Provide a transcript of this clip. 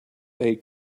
aid